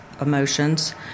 emotions